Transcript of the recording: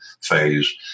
phase